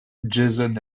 jason